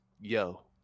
Yo